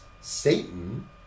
Satan